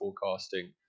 forecasting